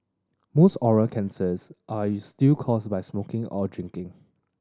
most oral cancers are still caused by smoking or drinking